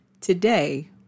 Today